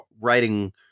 writing